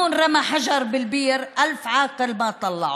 (אומרת דברים בערבית ומתרגמת:)